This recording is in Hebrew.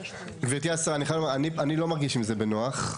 גברתי השרה, אני חייב, אני לא מרגיש עם זה בנוח.